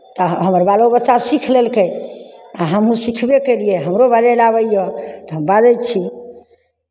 तऽ हमर बालो बच्चा सीख लेलकै आ हमहूँ सिखबे केलियै हमरो बाजय लए आबैए तऽ हम बाजै छी